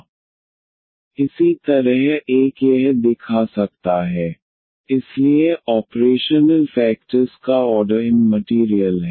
So D αD βyD αdydx βyddxdydx βy αdydx βy d2ydx2 βdydx αdydxαβyd2ydx2 αβdydxαβyD2 αβDαβy इसी तरह एक यह दिखा सकता है D βD αyD2 αβDαβy D αD βD βD α इसलिए आपरेशनल फैक्टरस् का ऑर्डर इम मटीरीअल है